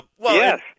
Yes